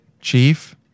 chief